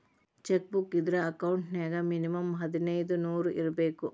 check book ಇದ್ರ account ನ್ಯಾಗ minimum ಹದಿನೈದ್ ನೂರ್ ಇರ್ಬೇಕು